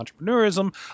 entrepreneurism